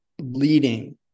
leading